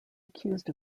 accused